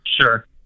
Sure